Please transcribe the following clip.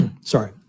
sorry